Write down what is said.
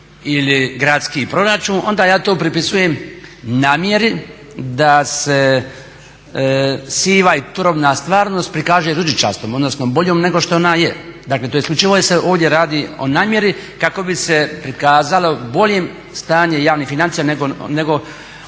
ili gradski proračun onda ja to prepisujem namjeri da se siva i turobna stvarnost prikaže ružičastom odnosno boljom nego što je ona je. Dakle isključivo se ovdje radi o namjeri kako bi se prikazalo boljim stanje javnih financija nego kakve